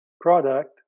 product